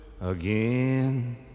again